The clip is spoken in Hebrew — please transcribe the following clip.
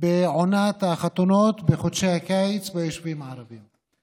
בעונת החתונות בחודשי הקיץ ביישובים הערביים,